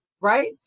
right